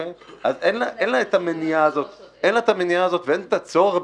אין לה את המניעה הזאת ואין את הצורך